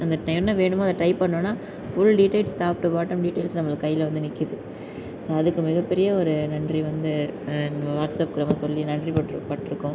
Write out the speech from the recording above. அந்த என்ன வேணுமோ அதை டைப் பண்ணிணோனா full details top to bottom details நம்மளுக்கு கையில் வந்து நிக்குது ஸோ அதுக்கு மிக பெரிய ஒரு நன்றி வந்து நம்ம வாட்ஸ்அப்க்கு நம்ம சொல்லி நன்றிபட்ரு பட்டிருக்கோம்